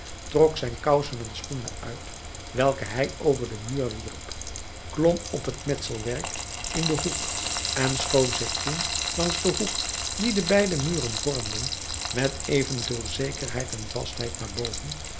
trok zijn kousen en schoenen uit welke hij over den muur wierp klom op het metselwerk in den hoek en schoof zich toen langs den hoek die de beide muren vormden met evenveel zekerheid en vastheid naar boven